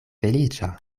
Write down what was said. feliĉa